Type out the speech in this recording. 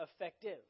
effective